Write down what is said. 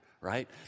right